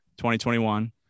2021